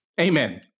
Amen